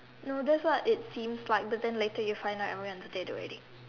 no that's what it seems like but then later you find out you are on your way on the dead already